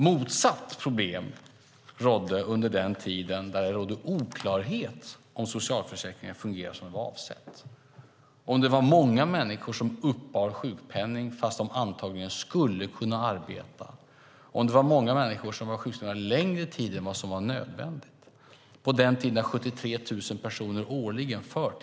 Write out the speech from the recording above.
Motsatt problem rådde under den tid då det rådde oklarhet om socialförsäkringen fungerande som det var avsett, om det var många människor som uppbar sjukpenning fast de antagligen skulle kunna arbeta och om det var många människor som var sjukskrivna längre tid än vad som var nödvändigt. På den tiden förtidspensionerades 73 000 personer årligen.